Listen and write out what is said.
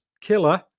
killer